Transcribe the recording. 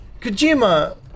Kojima